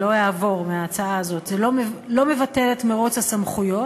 ולא יעבור בגלל ההצעה הזאת: זה לא מבטל את מירוץ הסמכויות,